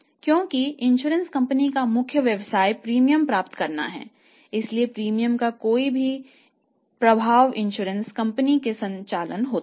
क्योंकि बीमा कंपनी का मुख्य व्यवसाय प्रीमियम प्राप्त करना है इसलिए प्रीमियम के कोई भी प्रवाह बीमा कंपनी का संचालन होता है